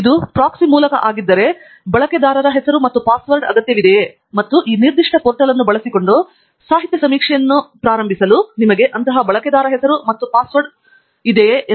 ಇದು ಪ್ರಾಕ್ಸಿ ಮೂಲಕದ್ದರೆ ಅದು ಬಳಕೆದಾರರ ಹೆಸರು ಮತ್ತು ಪಾಸ್ವರ್ಡ್ ಅಗತ್ಯವಿದೆಯೇ ಮತ್ತು ಈ ನಿರ್ದಿಷ್ಟ ಪೋರ್ಟಲ್ ಅನ್ನು ಬಳಸಿಕೊಂಡು ಸಾಹಿತ್ಯ ಸಮೀಕ್ಷೆಯನ್ನು ಪ್ರಾರಂಭಿಸಲು ನಿಮಗೆ ಅಂತಹ ಬಳಕೆದಾರ ಹೆಸರು ಮತ್ತು ಪಾಸ್ವರ್ಡ್ ಹೊಂದಿದೆಯೇ ಎಂದು